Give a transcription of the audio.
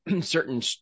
certain